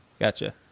gotcha